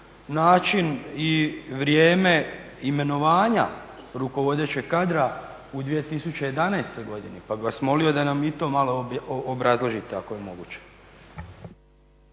način i vrijeme imenovanja rukovodećeg kadra u 2011. godini pa bih vas molio da nam i to malo obrazložite ako je moguće.